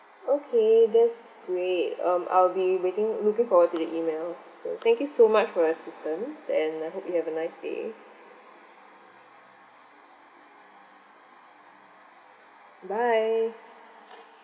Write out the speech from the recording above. okay that's great um I'll be waiting looking forward to the email so thank you so much for your assistance and I hope you have a nice day bye